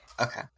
Okay